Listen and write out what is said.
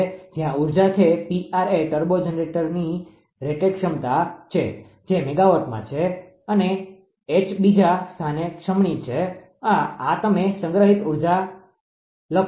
જ્યાં ઉર્જા છે 𝑃𝑟 એ ટર્બો જનરેટરની રેટેડ ક્ષમતા છે જે મેગાવાટ છે અને એચ બીજા સ્થાને જમણીછે આ તમે સંગ્રહિત ગતિ ઉર્જામાં લખો છો